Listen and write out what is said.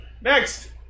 Next